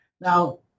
Now